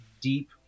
deep